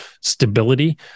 Stability